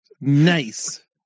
Nice